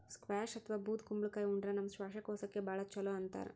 squash ಅಥವಾ ಬೂದ್ ಕುಂಬಳಕಾಯಿ ಉಂಡ್ರ ನಮ್ ಶ್ವಾಸಕೋಶಕ್ಕ್ ಭಾಳ್ ಛಲೋ ಅಂತಾರ್